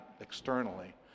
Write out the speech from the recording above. externally